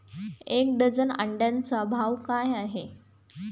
एक डझन अंड्यांचा भाव काय आहे?